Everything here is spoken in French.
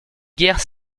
guerres